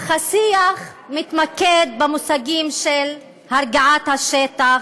אך השיח מתמקד במושגים של הרגעת השטח,